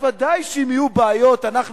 אז ודאי שאם יהיו בעיות אנחנו,